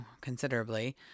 considerably